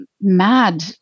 mad